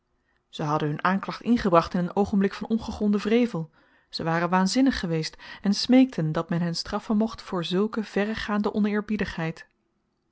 ze hadden hun aanklacht ingebracht in een oogenblik van ongegronden wrevel ze waren waanzinnig geweest en smeekten dat men hen straffen mocht voor zulke verregaande oneerbiedigheid